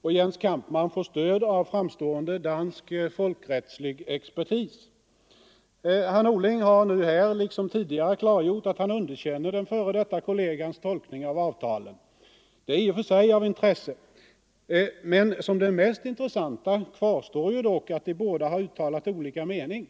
Och Jens Kampmann får stöd av framstående dansk folkrättslig expertis. Herr Norling har nu här liksom tidigare klargjort att han underkänner den f.d. kollegans tolkning av avtalen. Det är i och för sig av intresse. Men som det mest intressanta kvarstår dock att de båda har uttalat olika mening.